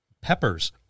peppers